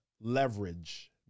leverage